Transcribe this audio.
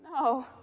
No